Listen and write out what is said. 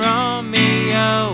Romeo